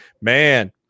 man